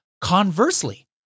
Conversely